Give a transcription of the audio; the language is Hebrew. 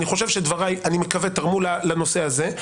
אני מקווה שדבריי תרמו לנושא הזה.